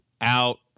out